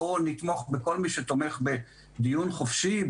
בואו נתמוך בכל מי שתומך בדיון חופשי,